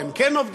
והם כן עובדים,